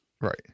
right